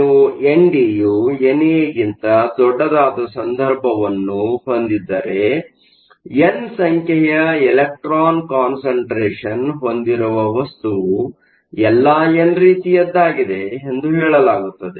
ನೀವು N D ಯು N A ಗಿಂತ ದೊಡ್ಡದಾದ ಸಂದರ್ಭವನ್ನು ಹೊಂದಿದ್ದರೆ ಎನ್ ಸಂಖ್ಯೆಯ ಎಲೆಕ್ಟ್ರಾನ್ಗಳ ಕಾನ್ಸಂಟ್ರೇಷನ್ ಹೊಂದಿರುವ ವಸ್ತುವು ಎಲ್ಲಾ ಎನ್ ರೀತಿಯದ್ದಾಗಿದೆ ಎಂದು ಹೇಳಲಾಗುತ್ತದೆ